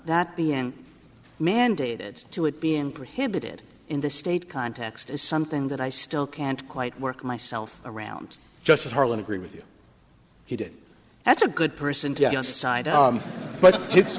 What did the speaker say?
that being mandated to it being prohibited in the state context is something that i still can't quite work myself around just as harlan agree with you he did that's a good person to side but